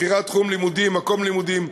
בחירת תחום לימודים ומקום לימודים,